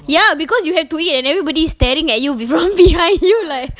ya because you have to eat and everybody is staring at you be~ from behind you lik~